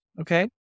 Okay